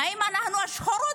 ומה איתנו השחורות,